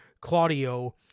Claudio